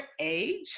age